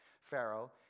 Pharaoh